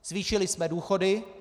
Zvýšili jsme důchody.